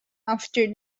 after